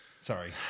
Sorry